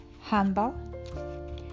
humble